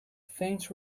faint